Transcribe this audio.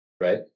right